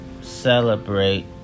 celebrate